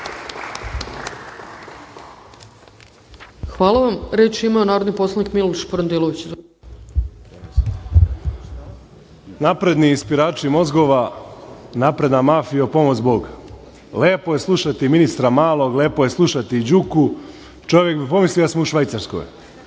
Hvala vam. Reč ima narodni poslanik Miloš Parandilović. **Miloš Parandilović** Napredni ispirači mozgova, napredna mafijo, pomoz Bog. Lepo je slušati ministra Malog, lepo je slušati Đuku, čovek bi pomislio da smo u Švajcarskoj. Meni